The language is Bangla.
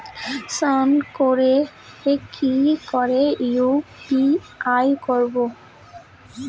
স্ক্যান করে কি করে ইউ.পি.আই করবো?